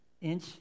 inch